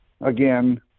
Again